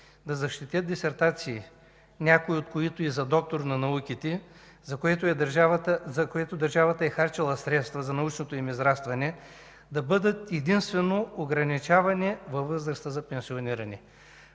да защитят дисертации, някои от които и за доктор на науките, като държавата е харчила средства за научното им израстване, да бъдат единствено ограничавани във възрастта за пенсиониране.